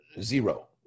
zero